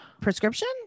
prescription